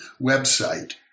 website